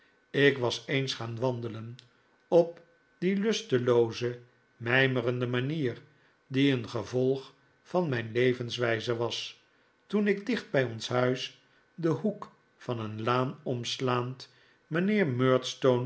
ik was eens gaan wandelen op die lustelooze mijmerende manier die een gevolg van mijn levenswijze was toen ik dicht bij ons huis den hoek van een laan omslaand